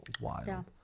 wild